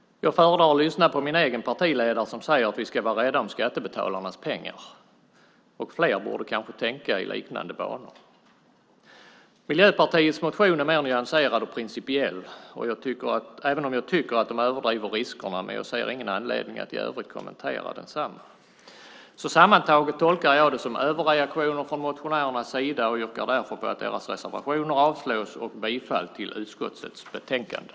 Jag föredrar att lyssna på min egen partiledare, som säger att vi ska vara rädda om skattebetalarnas pengar. Fler borde kanske tänka i liknande banor. Miljöpartiets motion är mer nyanserad och principiell även om jag tycker att de överdriver riskerna, men jag ser ingen anledning att i övrigt kommentera densamma. Sammantaget tolkar jag det som överreaktioner från motionärernas sida och yrkar därför avslag på deras reservationer och bifall till förslaget i utskottets betänkande.